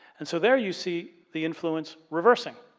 and so, there you see the influence reversing.